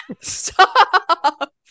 Stop